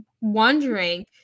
wondering